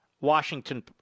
Washington